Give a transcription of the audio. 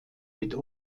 mit